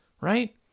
right